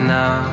now